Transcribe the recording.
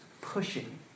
pushing